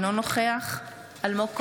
אינו נוכח אלמוג כהן,